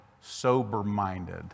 sober-minded